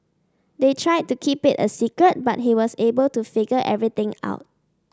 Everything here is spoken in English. they tried to keep it a secret but he was able to figure everything out